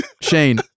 Shane